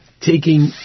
taking